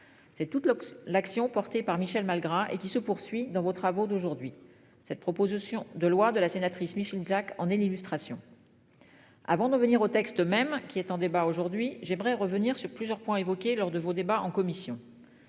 C'est toute l'action portée par Michel Malgras et qui se poursuit dans vos travaux d'aujourd'hui. Cette proposition de loi de la sénatrice Micheline Jacques en est l'illustration. Avant de revenir au texte même qui est en débat aujourd'hui. J'aimerais revenir sur plusieurs points évoqués lors de vos débats en commission.